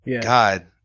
God